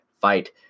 fight